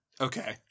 Okay